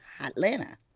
Atlanta